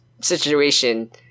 situation